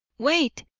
wait!